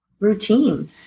routine